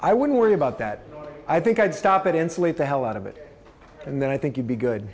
i wouldn't worry about that i think i'd stop it insulate the hell out of it and then i think you'd be good